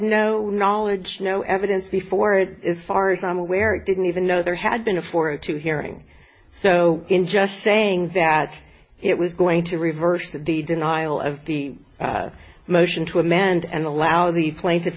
no knowledge no evidence before it is far as i'm aware didn't even know there had been a forward to hearing so in just saying that it was going to reverse the denial of the motion to a man and allow the pla